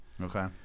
Okay